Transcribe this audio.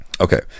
Okay